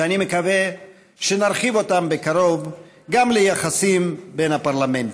ואני מקווה שנרחיב אותם בקרוב גם ליחסים בין הפרלמנטים.